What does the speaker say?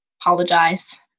Apologize